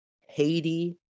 Haiti